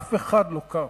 אף אחד לא קם.